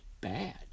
bad